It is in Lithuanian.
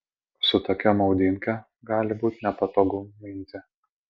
su tokia maudymke gali būt nepatogu minti